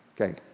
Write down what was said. Okay